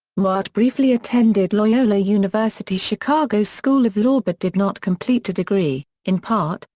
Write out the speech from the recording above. newhart briefly attended loyola university chicago school of law but did not complete a degree, in part,